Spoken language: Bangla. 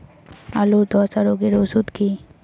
আলুর ধসা রোগের ওষুধ কি?